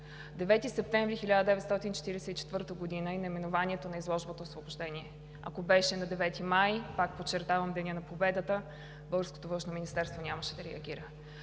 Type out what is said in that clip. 9 септември 1944 г. е наименованието на изложбата „Освобождение“. Ако беше на 9 май, пак подчертавам Денят на победата, българското Външно министерство нямаше да реагира.